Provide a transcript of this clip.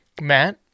Matt